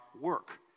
work